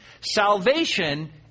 Salvation